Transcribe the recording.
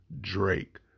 Drake